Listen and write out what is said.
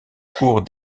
cours